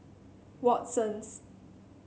Watsons